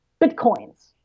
Bitcoins